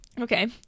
okay